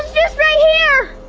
just right here!